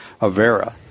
Avera